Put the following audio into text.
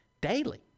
daily